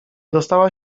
dostała